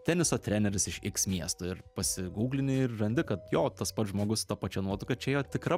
teniso treneris iš iks miesto ir pasiguglini ir randi kad jo tas pats žmogus su ta pačia nuotrauka čia jo tikra